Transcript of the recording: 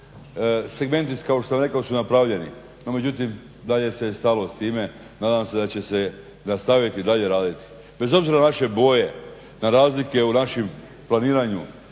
Segmenti kao što sam rekao su napravljeni, no međutim dalje se stalo s time. Nadam se da će se nastaviti i dalje raditi bez obzira na naše boje, na razlike u našem planiranju,